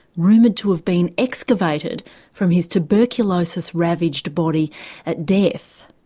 rumoured to have been excavated from his tuberculosis-ravaged body at death.